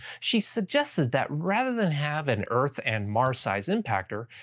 she suggested that rather than have an earth and mars-sized impactor,